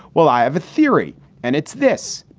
well, i have a theory and it's this.